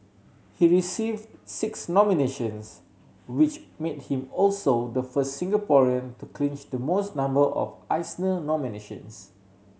he receive six nominations which made him also the first Singaporean to clinch the most number of Eisner nominations